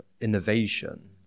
innovation